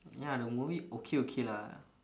ya the movie okay okay lah